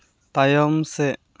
ᱛᱟᱭᱚᱢ ᱥᱮᱫ